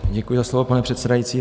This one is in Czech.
Děkuji za slovo, pane předsedající.